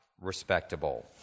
respectable